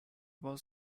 was